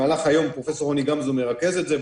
פרופ' רוני גמזו מרכז את זה,